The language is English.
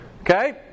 Okay